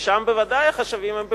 ושם בוודאי החשבים הם בפנים.